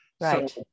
Right